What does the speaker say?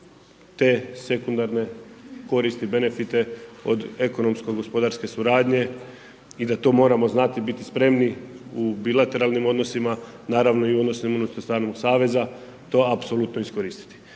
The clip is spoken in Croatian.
te sekundarne koristi, benefite, od ekonomske-gospodarske suradnje i da to moramo znati biti spremni u bilateralnim odnosima. Naravno o odnosima unutar samog saveza, to apsolutno iskoristiti.